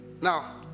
now